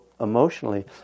emotionally